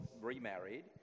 remarried